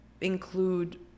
include